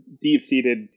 Deep-seated